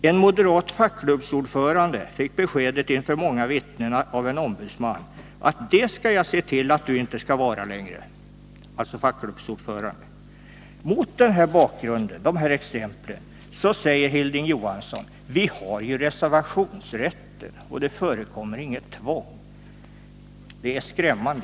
En moderat fackklubbsordförande fick beskedet, inför många vittnen, av en ombudsman: Det — alltså fackklubbsordförande — skall jag se till att du inte skall vara längre. Mot bakgrund av dessa exempel säger Hilding Johansson: Vi har ju 25 reservationsrätten, och det förekommer inget tvång. —- Det är skrämmande.